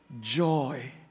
Joy